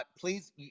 Please